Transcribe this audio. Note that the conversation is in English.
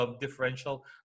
differential